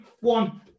one